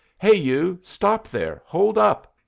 hey, you, stop there, hold up!